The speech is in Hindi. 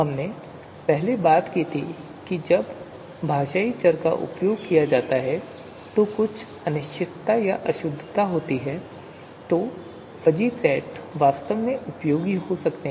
हमने पहले बात की थी कि जब भाषाई चर का उपयोग किया जाता है और कुछ अनिश्चितता या अशुद्धता होती है तो फजी सेट वास्तव में उपयोगी हो सकते हैं